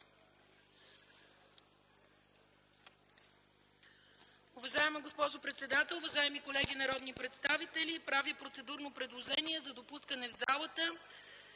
Уважаема госпожо председател, уважаеми колеги народни представители! Правя процедурно предложение за допускане в пленарната